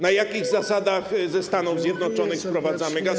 Na jakich zasadach ze Stanów Zjednoczonych sprowadzamy gaz?